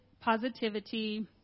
positivity